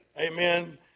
Amen